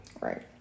Right